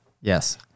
Yes